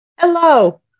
Hello